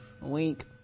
Wink